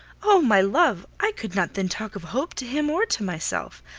oh! my love, i could not then talk of hope to him or to myself.